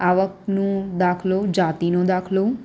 આવકનો દાખલો જાતિનો દાખલો